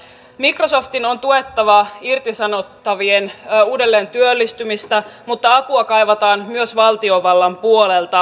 microsoftin on tuettava irtisanottavien uudelleen työllistymistä mutta apua kaivataan myös valtiovallan puolelta